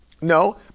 no